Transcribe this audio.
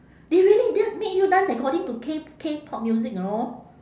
they really d~ make you dance according to K~ K-pop music know